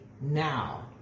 now